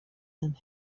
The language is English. and